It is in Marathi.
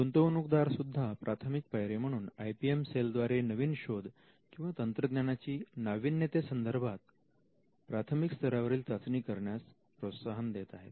गुंतवणूकदार सुद्धा प्राथमिक पायरी म्हणून आय पी एम सेल द्वारे नवीन शोध किंवा तंत्रज्ञानाची ची नाविन्यते संदर्भात प्राथमिक स्तरावरील चाचणी करण्यास प्रोत्साहन देत आहेत